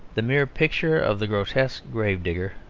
the mere picture of the grotesque gravedigger,